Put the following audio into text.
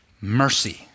mercy